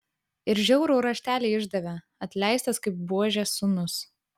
ir žiaurų raštelį išdavė atleistas kaip buožės sūnus